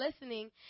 listening